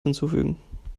hinzufügen